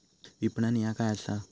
विपणन ह्या काय असा?